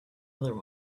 other